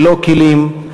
ללא כלים,